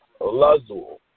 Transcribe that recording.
lazul